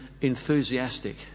enthusiastic